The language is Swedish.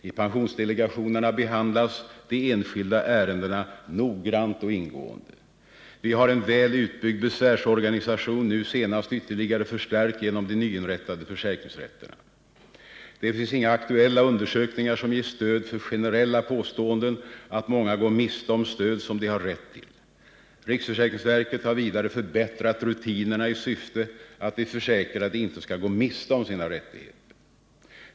I pensionsdelegationerna behandlas de enskilda ärendena noggrant och ingående. Vi haren väl utbyggd besvärsorganisation, nu senast ytterligare förstärkt genom de nyinrättade försäkringsrätterna. Det finns inga aktuella undersökningar som ger stöd för generella påståenden att många går miste om stöd som de har rätt till. Riksförsäkringsverket har vidare förbättrat rutinerna, så att de försäkrade inte skall gå miste om sina rättigheter.